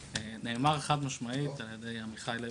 נאמר חד משמעית על ידי עמיחי לוי,